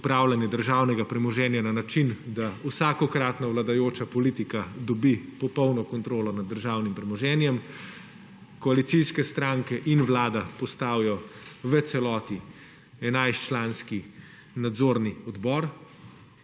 upravljanje državnega premoženja na način, da vsakokratna vladajoča politika dobi popolno kontrolo nad državnim premoženjem, koalicijske stranke in Vlada postavijo v celoti 11-članski nadzorni odbor